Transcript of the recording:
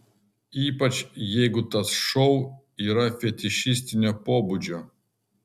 ypač jeigu tas šou yra fetišistinio pobūdžio